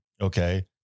Okay